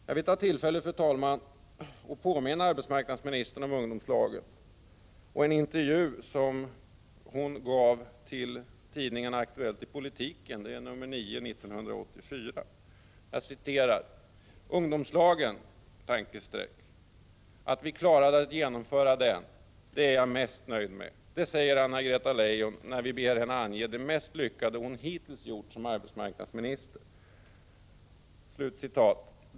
Jag vill ta tillfället i akt och påminna arbetsmarknadsministern om ungdomslagen och en intervju som hon gav till tidningen Aktuellt i politiken, nr 9 1984. ”Ungdomslagen — att vi klarade att genomföra den. Det är jag mest nöjd med. Det säger Anna-Greta Leijon när vi ber henne ange det mest lyckade hon hittills gjort som arbetsmarknadsminister”.